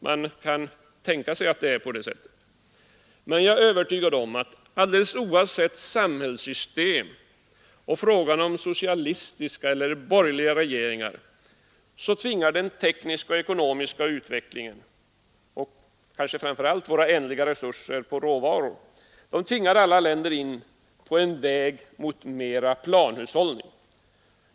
Man kan tänka sig att det är på det sättet. Men jag är övertygad om att oavsett samhällssystem och om det är socialistiska eller borgerliga regeringar så tvingar den tekniska och ekonomiska utvecklingen — och kanske framför allt våra ändliga tillgångar på råvaror — alla länder in på en väg mot mera planhushållning.